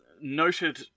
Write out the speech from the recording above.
noted